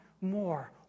more